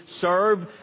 serve